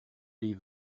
les